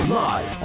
live